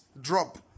drop